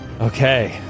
Okay